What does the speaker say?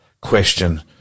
question